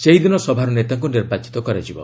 ସେହି ଦିନ ସଭାର ନେତାଙ୍କୁ ନିର୍ବାଚିତ କରାଯିବ